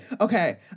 Okay